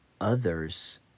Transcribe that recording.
others